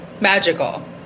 Magical